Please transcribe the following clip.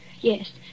Yes